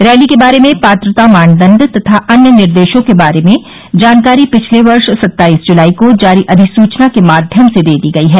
rally के बारे में पात्रता मानदंड तथा अन्य निर्देशों के बारे में जानकारी पिछले वर्ष सत्ताईस जुलाई को जारी अधिसूचना के माध्यम से दे दी गई है